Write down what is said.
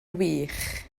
wych